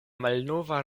malnova